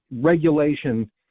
Regulation